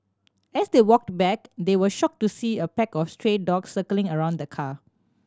as they walked back they were shocked to see a pack of stray dogs circling around the car